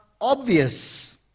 obvious